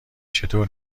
چطور